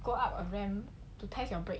go up a ram to test your break